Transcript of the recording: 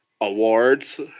awards